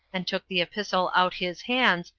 and took the epistle out his hands,